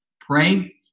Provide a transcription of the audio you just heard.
pray